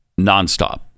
nonstop